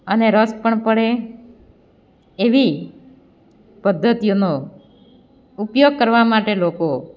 અને રસ પણ પડે એવી પદ્ધતિઓનો ઉપયોગ કરવા માટે લોકો